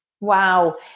Wow